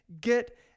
get